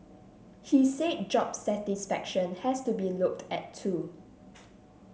he said job satisfaction has to be looked at too